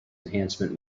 enhancement